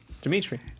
Dimitri